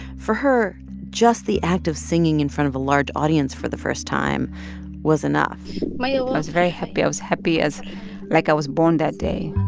for her, just the act of singing in front of a large audience for the first time was enough i ah was very happy. i was happy as like i was born that day